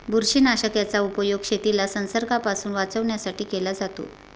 बुरशीनाशक याचा उपयोग शेतीला संसर्गापासून वाचवण्यासाठी केला जातो